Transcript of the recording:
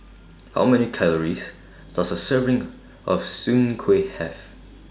How Many Calories Does A Serving of Soon Kueh Have